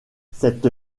cette